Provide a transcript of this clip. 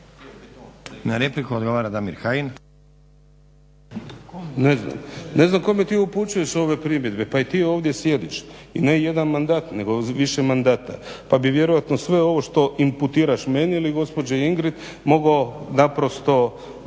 Ne znam, ne znam kome ti upućuješ ove primjedbe, pa i ti ovdje sjediš i ne jedan mandat nego više mandata pa bi vjerojatno sve ovo što imputiraš meni ili gospođi Ingrid mogao naprosto